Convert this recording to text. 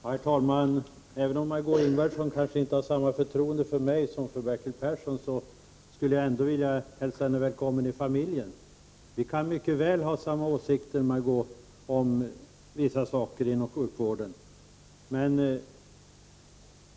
Herr talman! Även om Margé Ingvardsson kanske inte har samma förtroende för mig som hon har för Bertil Persson skulle jag ändå vilja hälsa henne välkommen i familjen. Vi kan mycket väl ha samma åsikter om olika saker på sjukvårdsområdet.